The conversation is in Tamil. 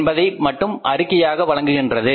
என்பதை மட்டும் அறிக்கையாக வழங்குகின்றது